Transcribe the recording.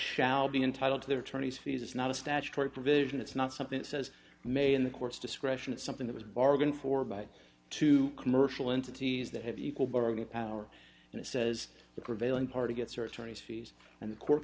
shall be entitled to their attorneys fees it's not a statutory provision it's not something it says made in the court's discretion something that was bargained for by two commercial entities that have equal bargaining power and it says the prevailing party gets her attorney's fees and the court